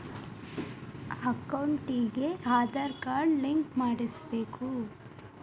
ಅಕೌಂಟಿಗೆ Aadhaar card link ಮಾಡಿಸಬೇಕು?